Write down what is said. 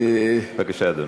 בבקשה, אדוני.